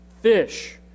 fish